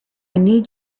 need